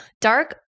Dark